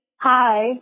Hi